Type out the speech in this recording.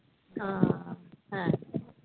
ᱚ ᱦᱮᱸ